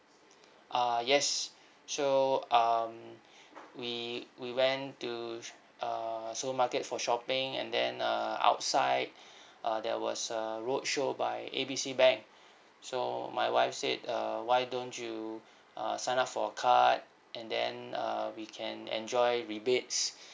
uh yes so um we we went to err supermarket for shopping and then uh outside uh there was a roadshow by A B C bank so my wife said err why don't you err sign up for a card and then uh we can enjoy the rebates